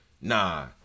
Nah